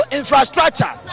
infrastructure